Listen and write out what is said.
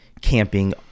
camping